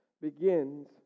begins